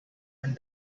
and